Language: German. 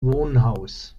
wohnhaus